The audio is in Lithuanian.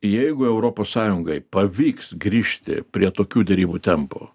jeigu europos sąjungai pavyks grįžti prie tokių derybų tempo